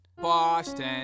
Boston